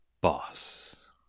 boss